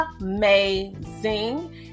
Amazing